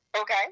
Okay